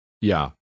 Ja